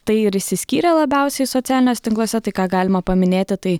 tai ir išsiskyrė labiausiai socialiniuose tinkluose tai ką galima paminėti tai